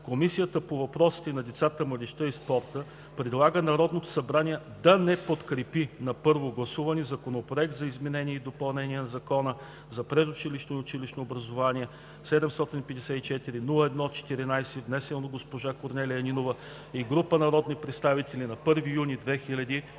Комисията по въпросите на децата, младежта и спорта предлага на Народното събрание да не подкрепи на първо гласуване Законопроект за изменение и допълнение на Закона за предучилищното и училищното образование, № 754-01-14, внесен от госпожа Корнелия Нинова и група народни представители на 1 юни 2017